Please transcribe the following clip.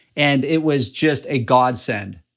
and it was just a godsend.